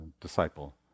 disciple